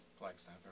Flagstaff